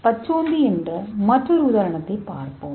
எனவே பச்சோந்தி என்ற மற்றொரு உதாரணத்தைப் பார்ப்போம்